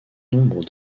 nombre